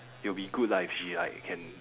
it'll be good lah if she like can